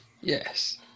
yes